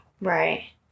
Right